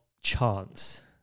chance